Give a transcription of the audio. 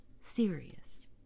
Serious